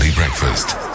Breakfast